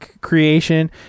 creation